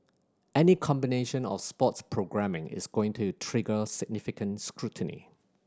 any combination of sports programming is going to trigger significant scrutiny